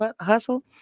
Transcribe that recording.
Hustle